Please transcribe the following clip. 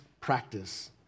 practice